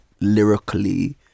lyrically